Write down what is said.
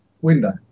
window